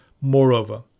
Moreover